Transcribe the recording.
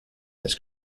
his